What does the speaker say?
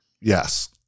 yes